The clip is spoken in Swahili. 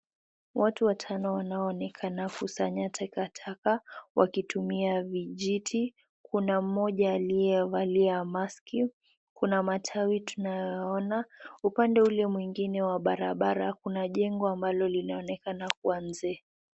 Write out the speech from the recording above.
Watu watano waoonekana kusanya takataka wakitumia vijiti, kuna mmoja ana aliovalia ya mask kuna matawi tunayoyaona. Upande ule mwingine wa barabara kuna jengo ambalo linaonekana kua mzee.